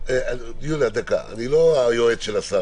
יש פה שאלה של הגנה על פרטיות כי אולי בן אדם לא רוצה שיידעו שהוא חלה.